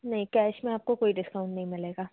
नहीं कैश में आपको कोई डिस्काउंट नहीं मिलेगा